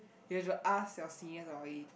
you have to ask your seniors for it